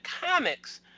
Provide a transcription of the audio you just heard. comics